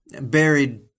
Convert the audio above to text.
buried